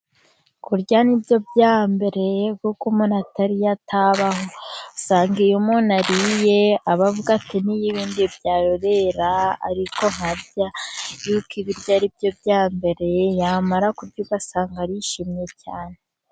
Kurya ni byo bya mbere, kuko umunu atariye atabaho, usanga iyo umuntu ariye abavuga ati n'ibindi byarorera ariko nkarya yuko ibiryo biba ari byo byambereye yamara kurya ugasanga arishimye cyane.